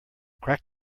crack